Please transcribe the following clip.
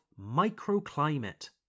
microclimate